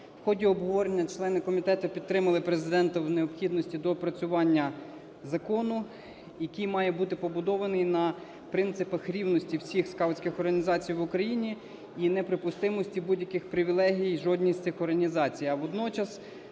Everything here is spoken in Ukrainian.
В ході обговорення члени комітету підтримали Президента в необхідності доопрацювання закону, який має бути побудований на принципах рівності всіх скаутських організацій в Україні і неприпустимості будь-яких привілеї жодній з цих організацій.